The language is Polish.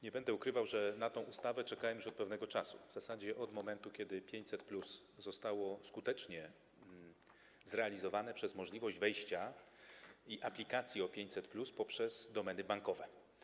Nie będę ukrywał, że na tę ustawę czekałem już od pewnego czasu, w zasadzie od momentu, kiedy 500+ zostało skutecznie zrealizowane przez możliwość wejścia i aplikacji o 500+ poprzez domeny bankowe.